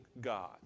God